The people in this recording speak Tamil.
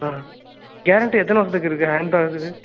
ஆ கேரண்டி எத்தனை வருஷத்துக்கு இருக்குது அயன் பாக்ஸ்ஸூக்கு